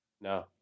No